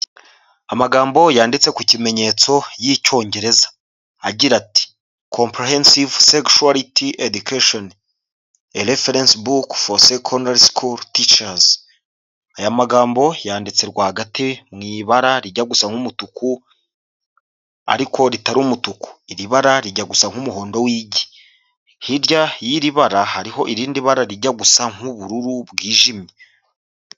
Amagambo yanditse ku kimenyetso y'icyongereza, agira ati: comprehesive sexaret education ereference book forceconry scol teictures aya magambo yanditse rwagati mu ibara rijya gusa nk' umutuku, ariko ritari umutuku iri bara rijya gusa nk'umuhondo w'igi hirya y'iri bara hariho irindi bara rijya gusa nkuubururu bwijimye.